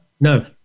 No